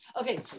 okay